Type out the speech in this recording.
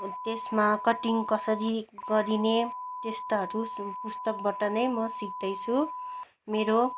त्यसमा कटिङ कसरी गरिने त्यस्ताहरू पुस्तकबाट नै म सिक्दैछु मेरो